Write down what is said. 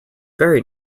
very